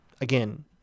Again